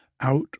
Out